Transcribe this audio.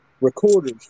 recorders